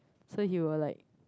so he was like